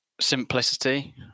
simplicity